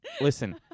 listen